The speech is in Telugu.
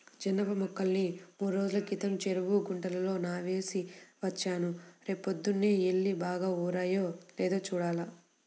జనప మొక్కల్ని మూడ్రోజుల క్రితం చెరువు గుంటలో నానేసి వచ్చాను, రేపొద్దన్నే యెల్లి బాగా ఊరాయో లేదో చూడాలి